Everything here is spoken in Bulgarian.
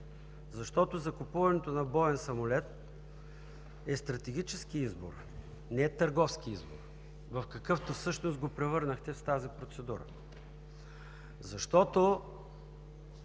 Защото закупуването на боен самолет е стратегически избор, не е търговски избор, в какъвто всъщност го превърнахте с тази процедура. Защото